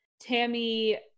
tammy